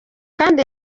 kandi